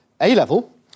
A-level